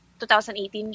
2018